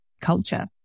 culture